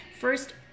first